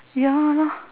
ya